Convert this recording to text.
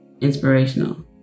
inspirational